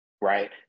right